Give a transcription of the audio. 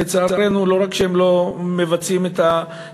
לצערנו לא רק שהן לא מבצעות את הסמכויות,